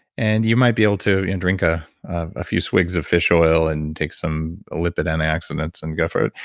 and you might be able to drink a ah few swigs of fish oil and take some lipid antioxidants and get through it.